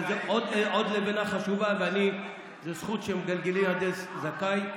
וזו עוד לבנה חשובה וזו זכות שמגלגלים לידי זכאי,